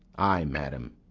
ay, madam,